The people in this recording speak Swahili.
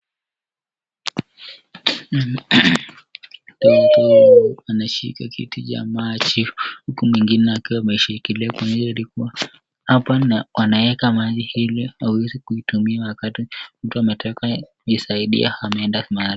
Ni mtu anashika kitu cha maji mwingine akiwa ameshikilia kwenye hiyo remote . Hapa wanawekwa maji Ili waweze kutumia wakati ametoka kujisaidia ameenda mahali.